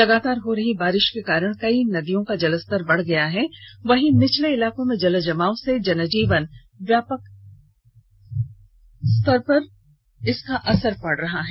लगातार हो रही बारिश के कारण कई नदियों का जलस्तर बढ़ गया है वहीं निचले इलाकों में जल जमाव से जनजीवन पर व्यापक असर पड़ रहा है